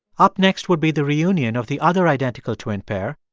up next will be the reunion of the other identical twin pair,